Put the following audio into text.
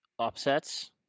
upsets